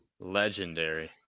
Legendary